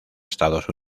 estados